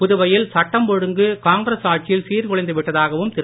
புதுவையில் சட்டம் ஒழுங்கு காங்கிரஸ் ஆட்சியில் சீர்குலைந்து விட்டதாகவும் திரு